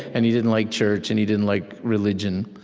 and he didn't like church, and he didn't like religion.